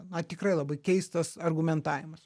na tikrai labai keistas argumentavimas